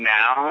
now